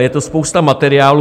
Je to spousta materiálů.